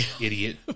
Idiot